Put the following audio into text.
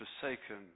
Forsaken